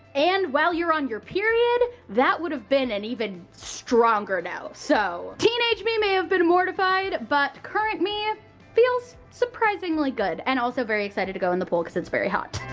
and while you're on your period, that would have been an even stronger now. so teenage me may have been mortified, but current me ah feels surprisingly good, and also very excited to go in the pool cause it's very hot.